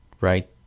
right